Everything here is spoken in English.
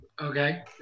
Okay